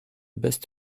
best